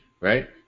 right